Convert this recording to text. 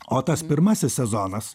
o tas pirmasis sezonas